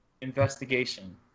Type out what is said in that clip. investigation